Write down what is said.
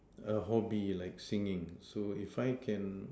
a hobby like singing so if I can